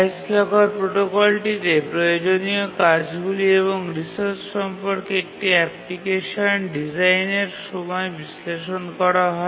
highest locker প্রোটোকলটিতে প্রয়োজনীয় কাজগুলি এবং রিসোর্স সম্পর্কে একটি অ্যাপ্লিকেশন ডিজাইনের সময় বিশ্লেষণ করা হয়